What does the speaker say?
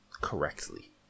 correctly